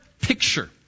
picture